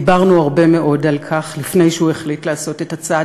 דיברנו הרבה מאוד על כך לפני שהוא החליט לעשות את הצעד.